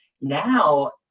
Now